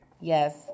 Yes